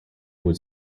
would